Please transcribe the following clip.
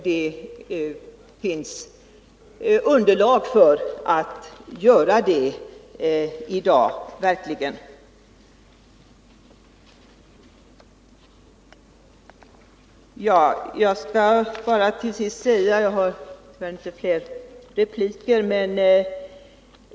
Det finns underlag för det kravet nu.